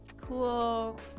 cool